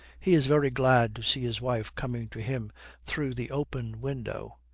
he is very glad to see his wife coming to him through the open window.